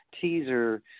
teaser